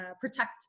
protect